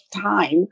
time